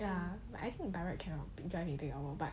ya but I think got direct drive your own